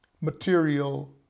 material